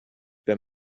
wenn